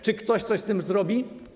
Czy ktoś coś z tym zrobi?